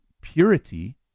purity